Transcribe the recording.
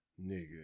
nigga